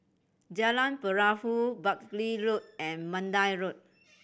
Jalan Perahu Buckley Road and Mandai Road